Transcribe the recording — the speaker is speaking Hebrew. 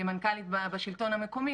כמנכ"לית בשלטון המקומי,